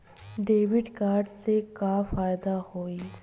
Debit card से का फायदा होई?